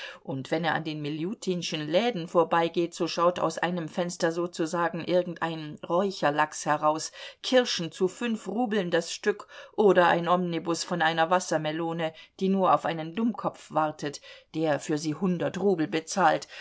und wenn er an den miljutinschen läden vorbeigeht so schaut aus einem fenster sozusagen irgendein räucherlachs heraus kirschen zu fünf rubeln das stück oder ein omnibus von einer wassermelone die nur auf einen dummkopf wartet der für sie hundert rubel bezahlt